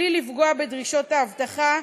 בלי לפגוע בדרישות האבטחה,